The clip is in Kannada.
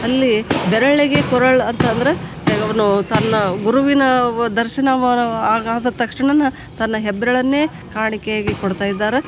ಅಲ್ಲಿ ಬೆರಳಿಗೆ ಕೊರಳ್ ಅಂತಂದ್ರೆ ಅವನು ತನ್ನ ಗುರುವಿನ ವ್ ದರ್ಶನ ವ ಆಗಾದ ತಕ್ಷಣನೇ ತನ್ನ ಹೆಬ್ಬೆರಳನ್ನೇ ಕಾಣಿಕೆ ಆಗಿ ಕೊಡ್ತಾ ಇದ್ದಾರೆ